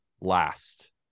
last